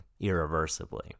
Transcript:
irreversibly